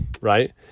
right